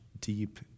deep